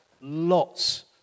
lots